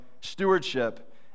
stewardship